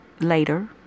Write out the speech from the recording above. Later